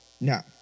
Now